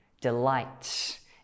delights